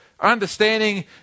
understanding